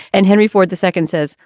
and henry ford the second says,